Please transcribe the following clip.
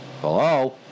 Hello